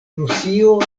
rusio